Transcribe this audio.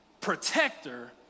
protector